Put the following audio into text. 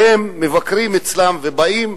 והם מבקרים אצלם ובאים,